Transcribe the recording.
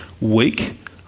week